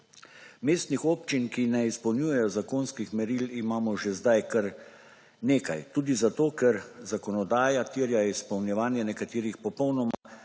Mestnih občin, ki ne izpolnjujejo zakonskih meril, imamo že zdaj kar nekaj, tudi zato, ker zakonodaja terja izpolnjevanje nekaterih popolnoma